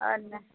आओर नहि